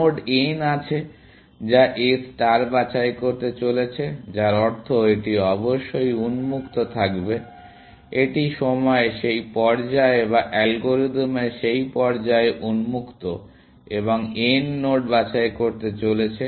node n আছে যা A star বাছাই করতে চলেছে যার অর্থ এটি অবশ্যই উন্মুক্ত থাকবে এটি সময়ের সেই পর্যায়ে বা অ্যালগরিদমের সেই পর্যায়ে উন্মুক্ত এবং n নোড বাছাই করতে চলেছে